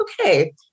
okay